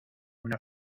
una